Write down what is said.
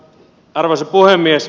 arvoisa puhemies